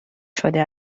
شده